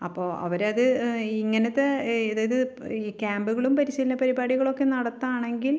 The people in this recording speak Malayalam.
അപ്പോൾ അവരത് ഇങ്ങനത്തെ അതായത് ഈ ക്യാമ്പുകളും പരിശീലന പരിപാടികളൊക്കെ നടത്തുകയാണെങ്കിൽ